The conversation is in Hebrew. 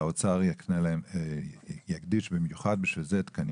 שהאוצר יקדיש במיוחד בשביל זה תקנים.